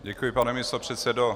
Děkuji, pane místopředsedo.